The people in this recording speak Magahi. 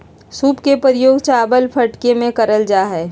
सूप के प्रयोग चावल फटके में करल जा हइ